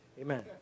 Amen